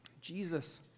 Jesus